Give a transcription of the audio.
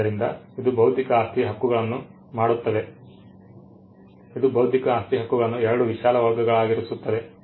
ಆದ್ದರಿಂದ ಇದು ಬೌದ್ಧಿಕ ಆಸ್ತಿಯ ಹಕ್ಕುಗಳನ್ನು ಮಾಡುತ್ತದೆ ಇದು ಬೌದ್ಧಿಕ ಆಸ್ತಿ ಹಕ್ಕುಗಳನ್ನು 2 ವಿಶಾಲ ವರ್ಗಗಳಾಗಿರಿಸುತ್ತದೆ